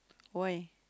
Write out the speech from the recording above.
why